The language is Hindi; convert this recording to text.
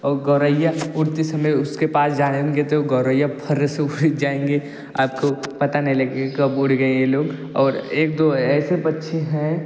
और गौरैया उड़ते समय उसके पास जाएँगे तो गौरैया फुर्र से उड़ जाएँगे आपको पता नहीं लगेगा कब उड़ गए ये लोग एक दो ऐसे पक्षी हैं